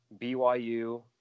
BYU